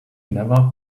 never